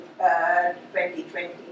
2020